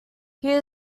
here